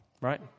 right